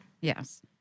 Yes